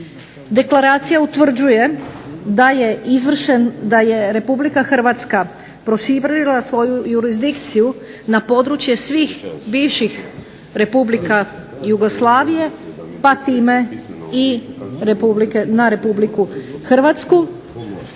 Deklaracija utvrđuje da je republika Hrvatska proširila svoju jurisdikciju na područje svih bivših Republika Jugoslavije pa time i na Republiku Hrvatsku,